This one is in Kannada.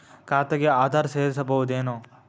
ಖಾತೆಗೆ ಆಧಾರ್ ಸೇರಿಸಬಹುದೇನೂ?